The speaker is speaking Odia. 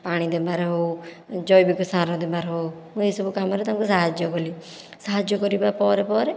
ପାଣି ଦେବାରେ ହେଉ ଜୈବିକ ସାର ଦବାରେ ହେଉ ମୁଁ ଏହିସବୁ କାମରେ ତାଙ୍କୁ ସାହାଯ୍ୟ କଲି ସାହାଯ୍ୟ କରିବା ପରେ ପରେ